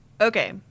Okay